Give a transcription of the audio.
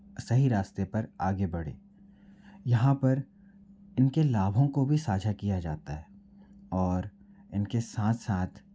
सही रास्ते पर आगे बढ़े यहाँ पर इनके लाभों को भी साझा किया जाता है और इनके साथ साथ